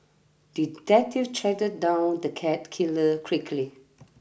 detective tracked down the cat killer quickly